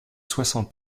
soixante